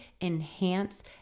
enhance